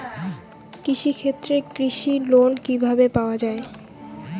কৃষি ক্ষেত্রে কৃষি লোন কিভাবে পাওয়া য়ায়?